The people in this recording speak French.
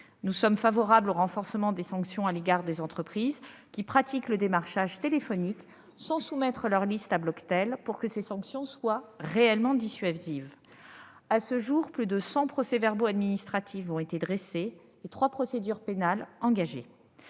Nous sommes favorables au renforcement des sanctions à l'égard des entreprises qui pratiquent le démarchage téléphonique sans soumettre leur liste à Bloctel pour que ces sanctions soient réellement dissuasives. À ce jour, plus de cent procès-verbaux administratifs ont été dressés et trois procédures pénales engagées.